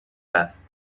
است